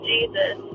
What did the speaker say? Jesus